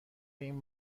این